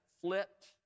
flipped